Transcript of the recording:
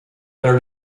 their